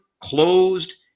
closed